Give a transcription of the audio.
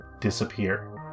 disappear